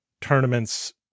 tournaments